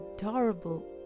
adorable